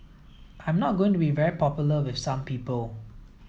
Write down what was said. I am not going to be very popular with some people